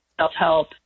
self-help